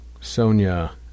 Sonia